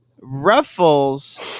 Ruffles